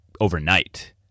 overnight